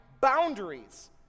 boundaries